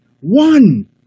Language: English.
one